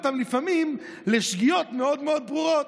אותם לפעמים לשגיאות מאוד מאוד ברורות.